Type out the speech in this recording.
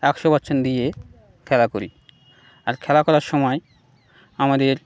একশো পারসেন্ট দিয়ে খেলা করি আর খেলা করার সময় আমাদের